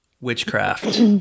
witchcraft